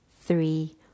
three